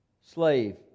Slave